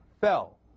fell